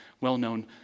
well-known